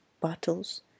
bottles